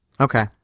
Okay